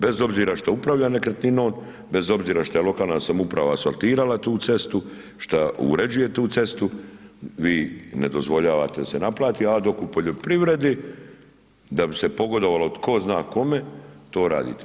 Bez obzora što upravlja nekretninom, bez obzora šta je lokalna samouprava asfaltirala tu cestu, šta uređuje tu cestu, vi ne dozvoljavate da se naplati a dok u poljoprivredi da bi se pogodovalo tko zna kome, to radite.